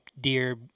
deer